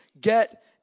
get